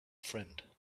friend